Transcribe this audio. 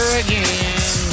again